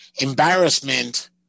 embarrassment